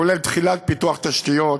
כולל תחילת פיתוח תשתיות,